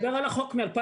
אני מדבר על החוק מ-2017.